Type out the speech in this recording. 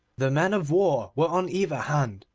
the men of war were on either hand,